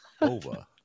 over